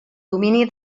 domini